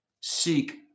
Seek